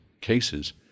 cases